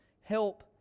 Help